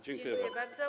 Dziękuję bardzo.